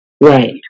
Right